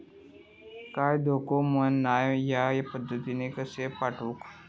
काय धोको पन नाय मा ह्या पद्धतीनं पैसे पाठउक?